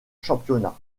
championnat